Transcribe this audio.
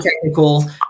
technical